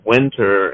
Winter